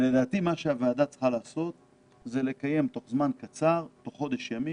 לדעתי הוועדה צריך לקיים תוך חודש ימים,